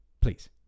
Please